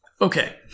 Okay